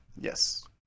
Yes